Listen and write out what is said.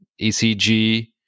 ECG